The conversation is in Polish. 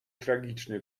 tragiczny